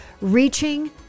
reaching